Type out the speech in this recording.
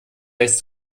lässt